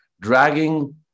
dragging